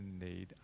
need